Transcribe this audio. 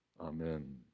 Amen